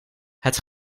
het